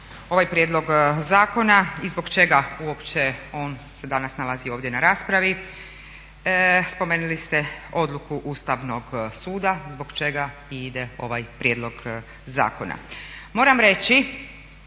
ovaj prijedlog zakona i zbog čega uopće on se danas nalazi ovdje na raspravi. Spomenuli ste odluku Ustavnog suda zbog čega i ide ovaj prijedlog zakona. Moram reći